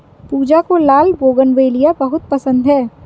पूजा को लाल बोगनवेलिया बहुत पसंद है